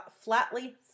flatly